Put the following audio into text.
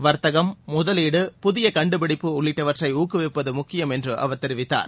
வர்த்தகம் முதலீடு புதிய கண்டுபிடிப்பு உள்ளிட்டவற்றை ஊக்குவிப்பது முக்கியம் என்று அவர் தெரிவித்தார்